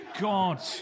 god